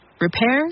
repairs